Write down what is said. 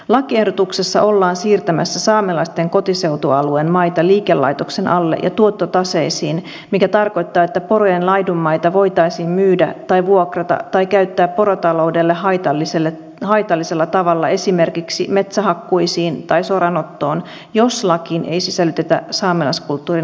lakiehdotuksessa ollaan siirtämässä saamelaisten kotiseutualueen maita liikelaitoksen alle ja tuottotaseisiin mikä tarkoittaa että porojen laidunmaita voitaisiin myydä tai vuokrata tai käyttää porotaloudelle haitallisella tavalla esimerkiksi metsähakkuisiin tai soranottoon jos lakiin ei sisällytetä saamelaiskulttuurin heikentämiskieltoa